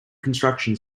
construction